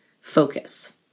focus